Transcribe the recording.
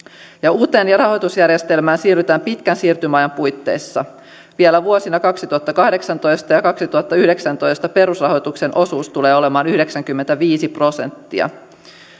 uuteen rahoitusjärjestelmään siirrytään pitkän siirtymäajan puitteissa vielä vuosina kaksituhattakahdeksantoista ja kaksituhattayhdeksäntoista perusrahoituksen osuus tulee olemaan yhdeksänkymmentäviisi prosenttia